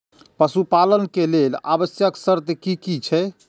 पशु पालन के लेल आवश्यक शर्त की की छै?